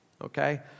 Okay